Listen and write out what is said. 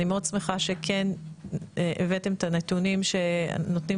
אני מאוד שמחה שכן הבאתם את הנתונים שנותנים